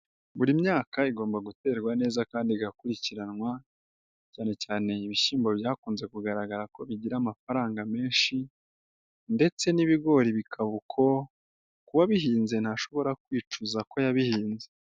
Buri myaka igomba guterwa neza kandi igakurikiranwa, cyane cyane ibishyimbo byakunze kugaragara ko bigira amafaranga menshi ndetse n'ibigori bikaba uko, kuwabihinze ntashobora kwicuza ko yabihinze.